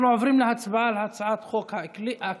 אנחנו עוברים להצבעה על הצעת חוק האקלים